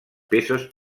peces